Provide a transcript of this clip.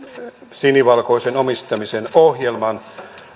sinivalkoisen omistamisen ohjelman